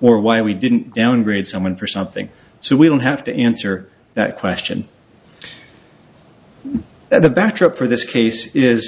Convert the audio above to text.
or why we didn't downgrade someone for something so we don't have to answer that question the backdrop for this case is